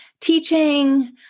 teaching